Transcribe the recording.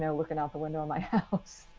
and looking out the window in my house.